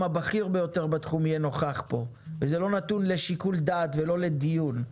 הבכיר ביותר בתחום יהיה נוכח פה וזה לא נתון לשיקול דעת ולא לדיון.